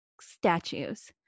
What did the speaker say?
statues